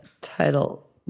title